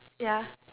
ya